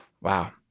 wow